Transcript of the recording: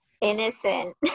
innocent